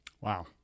Wow